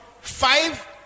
five